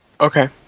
Okay